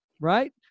right